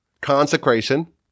consecration